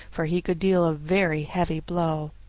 for he could deal a very heavy blow.